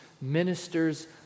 ministers